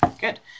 Good